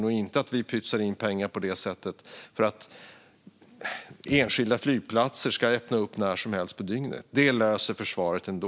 Lösningen är inte att vi pytsar in pengar för att enskilda flygplatser ska kunna öppna när som helst på dygnet. Det löser försvaret ändå.